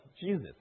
Jesus